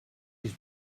his